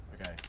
Okay